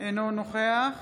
אינו נוכח